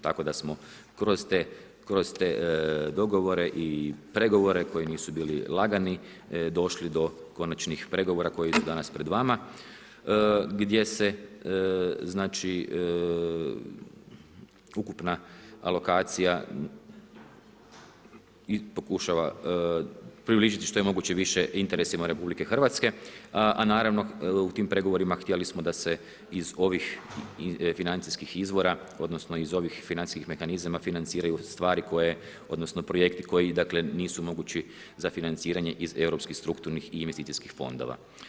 Tako da smo kroz te dogovore i pregovore koji nisu bili lagani došli do konačnih pregovora koji su danas pred vama gdje se znači, ukupna alokacija pokušava približiti što je moguće više interesima RH, a naravno u tim pregovorima htjeli smo da se iz ovih financijskih izvora odnosno iz ovih financijskih mehanizama financiraju stvari koje, odnosno projekti koji dakle nisu mogući za financiranje iz europskih strukturnih i investicijskih fondova.